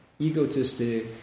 egotistic